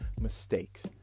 mistakes